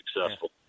successful